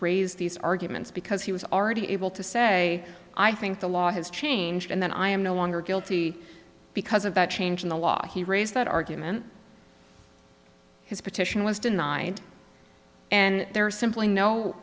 raise these arguments because he was already able to say i think the law has changed and that i am no longer guilty because of that change in the law he raised that argument his petition was denied and there's simply no